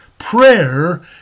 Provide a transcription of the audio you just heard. Prayer